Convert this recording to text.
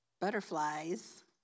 butterflies